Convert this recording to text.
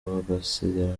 bagasigarana